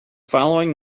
following